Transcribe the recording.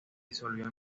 disolvió